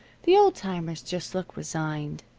the old-timers just look resigned.